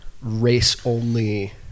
race-only